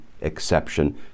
exception